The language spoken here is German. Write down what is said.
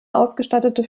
ausgestattete